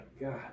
God